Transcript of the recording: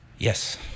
Yes